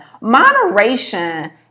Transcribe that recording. Moderation